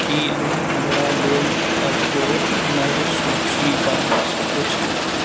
की अहाँ हमरा लेल एगो नव सूची बना सकैत छी